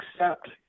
accept